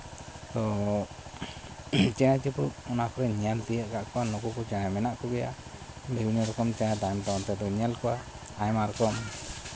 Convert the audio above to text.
ᱛᱳ ᱪᱮᱬᱮ ᱪᱤᱯᱨᱩᱫ ᱚᱱᱟ ᱠᱚᱨᱮᱧ ᱧᱮᱞ ᱛᱤᱭᱳᱜ ᱠᱟᱜ ᱠᱚᱣᱟ ᱱᱩᱠᱩ ᱠᱚ ᱪᱮᱬᱮ ᱢᱮᱱᱟᱜ ᱠᱚᱜᱮᱭᱟ ᱵᱤᱵᱷᱤᱱᱱᱚ ᱨᱚᱠᱚᱢ ᱪᱮᱬᱮ ᱛᱟᱭᱚᱢ ᱛᱟᱭᱚᱢ ᱛᱮᱵᱚᱱ ᱧᱮᱞ ᱠᱚᱣᱟ ᱟᱭᱢᱟ ᱨᱚᱠᱚᱢ